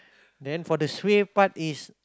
then for the suay part is